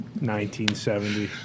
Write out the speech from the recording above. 1970